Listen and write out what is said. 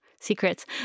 secrets